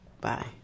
Bye